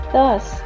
Thus